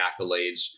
accolades